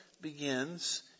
begins